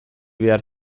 behar